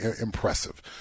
impressive